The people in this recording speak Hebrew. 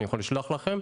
אני יכול לשלוח לכם.